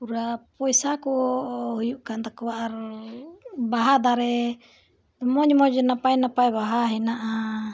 ᱯᱩᱨᱟᱹ ᱯᱚᱭᱥᱟ ᱠᱚ ᱦᱩᱭᱩᱜ ᱠᱟᱱ ᱛᱟᱠᱚᱣᱟ ᱟᱨ ᱵᱟᱦᱟ ᱫᱟᱨᱮ ᱢᱚᱡᱽ ᱢᱚᱡᱽ ᱱᱟᱯᱟᱭ ᱱᱟᱯᱟᱭ ᱵᱟᱦᱟ ᱦᱮᱱᱟᱜᱼᱟ